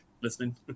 listening